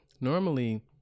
normally